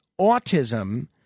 autism